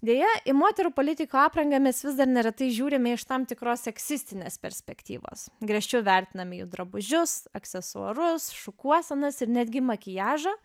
deja į moterų politikių aprangą mes vis dar neretai žiūrime iš tam tikros seksistinės perspektyvos griežčiau vertiname jų drabužius aksesuarus šukuosenas ir netgi makiažą